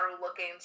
looking